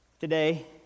today